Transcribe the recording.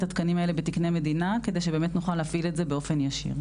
התקנים האלה בתקני מדינה כדי שבאמת נוכל להפעיל את זה באופן ישיר.